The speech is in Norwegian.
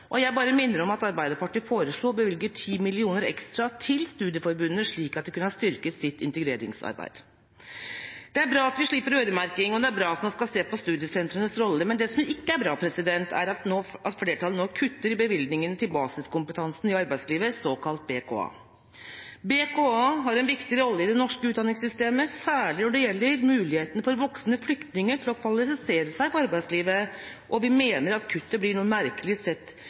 Jeg bare minner om at Arbeiderpartiet foreslo å bevilge 10 mill. kr ekstra til studieforbundene, slik at de kunne ha styrket sitt integreringsarbeid. Det er bra at vi slipper øremerking, og det er bra at man skal se på studiesentrenes rolle, men det som ikke er bra, er at flertallet nå kutter i bevilgningene til Basiskompetanse i arbeidslivet, såkalt BKA. BKA har en viktig rolle i det norske utdanningssystemet, særlig når det gjelder muligheten for voksne flyktninger til å kvalifisere seg for arbeidslivet, og vi mener at kuttet blir noe merkelig sett